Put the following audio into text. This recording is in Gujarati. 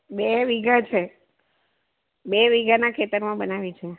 બે વીઘા છે બે વીઘાના ખેતરમાં બનાવી છે